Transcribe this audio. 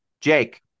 Jake